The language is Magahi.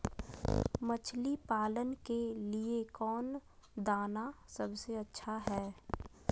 मछली पालन के लिए कौन दाना सबसे अच्छा है?